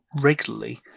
regularly